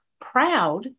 proud